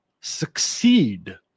succeed